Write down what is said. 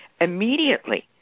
immediately